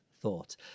Thought